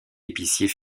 épicier